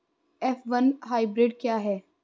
F one hybrid क्या है?